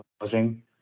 housing